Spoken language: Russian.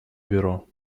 бюро